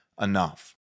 enough